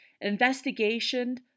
investigation